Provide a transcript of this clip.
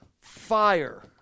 fire